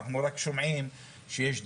אנחנו רק שומעים שיש דיונים.